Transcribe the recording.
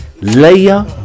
Layer